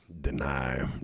Deny